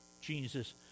Jesus